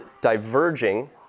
diverging